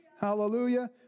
hallelujah